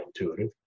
intuitive